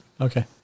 Okay